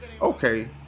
Okay